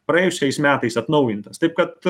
praėjusiais metais atnaujintas taip kad